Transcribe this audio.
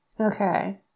Okay